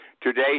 today